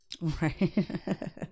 Right